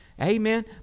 amen